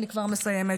אני כבר מסיימת.